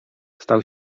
stał